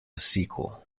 sequel